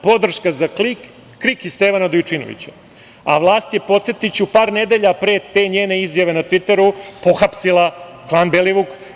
Podrška za KRIK i Stvana Dojčinovića.“ A vlast je, podsetiću, par nedelja pre te njene izjave na Tviteru pohapsila klan Belivuk.